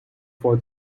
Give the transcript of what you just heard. for